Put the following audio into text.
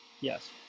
yes